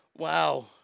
Wow